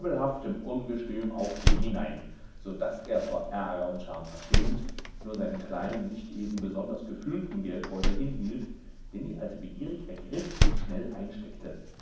ungestüm auf ihn hinein so daß er vor ärger und scham verstummend nur seinen kleinen nicht eben besonders gefüllten geldbeutel hinhielt den die alte begierig ergriff und schnell einsteckte